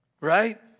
right